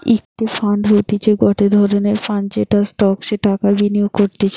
equity fund হতিছে গটে ধরণের ফান্ড যেটা স্টকসে টাকা বিনিয়োগ করতিছে